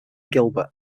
gilbert